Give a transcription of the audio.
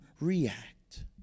react